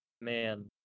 Man